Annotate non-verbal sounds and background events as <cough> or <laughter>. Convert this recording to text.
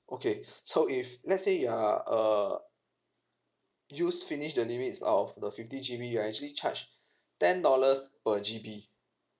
okay so <laughs> if let's say you are uh use finish the limits of the fifty G_B you are actually charged ten dollars per G_B